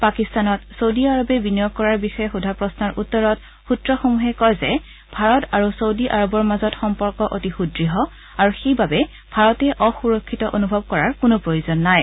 পাকিস্তানত চৌদী আৰৱে বিনিয়োগ কৰাৰ বিষয়ে সোধা প্ৰন্নৰ উত্তৰত সূত্ৰসমূহে কয় যে ভাৰত আৰু চৌদী আৰৱৰ মাজৰ সম্পৰ্ক অতি সূদ্য় আৰু সেইবাবে ভাৰতে অসুৰক্ষিত অনুভৱ কৰাৰ কোনো প্ৰয়োজন নাই